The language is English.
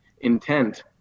intent